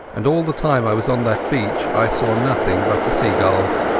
and all the time i was on that beach i saw nothing but the seagulls.